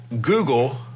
Google